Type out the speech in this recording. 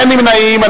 אין נמנעים.